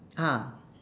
ah